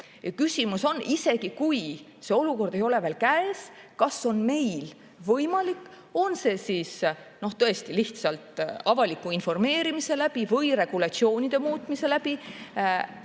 selles, et isegi kui see olukord ei ole veel käes, kas on meil võimalik, on see siis tõesti lihtsalt avaliku informeerimise läbi või regulatsioonide muutmise läbi,